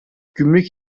gümrük